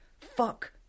fuck